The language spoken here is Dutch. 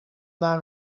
naar